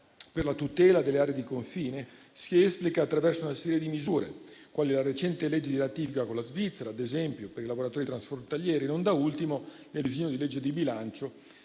per la tutela delle aree di confine si esplica attraverso una serie di misure, quale ad esempio la recente legge di ratifica con la Svizzera per i lavoratori transfrontalieri; non da ultimo, nel disegno di legge di bilancio